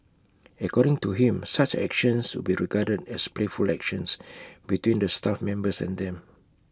according to him such actions would be regarded as playful actions between the staff members and them